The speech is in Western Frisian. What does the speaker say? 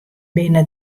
binne